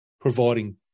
providing